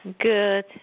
Good